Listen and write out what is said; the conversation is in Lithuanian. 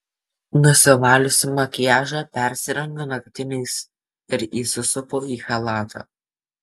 nusivaliusi makiažą persirengiu naktiniais ir įsisupu į chalatą